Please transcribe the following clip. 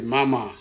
Mama